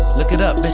look it up,